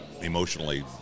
emotionally